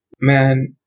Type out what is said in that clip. Man